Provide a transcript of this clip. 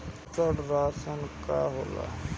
पोषण राशन का होला?